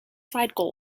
certified